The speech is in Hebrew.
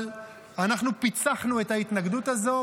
אבל אנחנו פיצחנו את ההתנגדות הזאת,